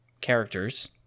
characters